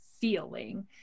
feeling